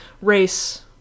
race